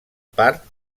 part